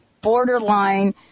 borderline